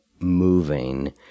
moving